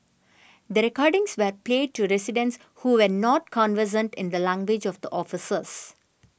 the recordings were play to residents who were not conversant in the language of the officers